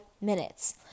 minutes